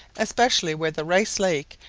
especially where the rice lake,